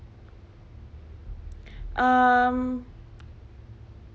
um